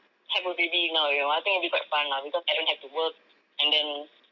have a baby now you know I think it'll be quite fun lah because I don't have to work and then